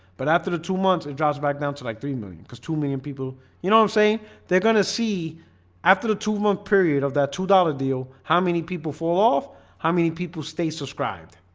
but after the two months it drops back down to like three million because two million people, you know i'm saying they're gonna see after the two month period of that two dollars deal. how many people fall off how many people stay subscribed?